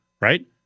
Right